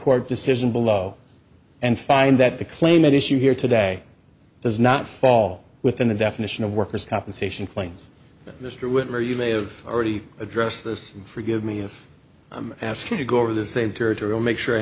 court decision below and find that the claim at issue here today does not fall within the definition of workers compensation claims mr winter you may have already addressed this forgive me if i'm asking to go to the same territorial make sure i